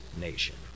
nation